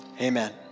Amen